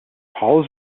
paul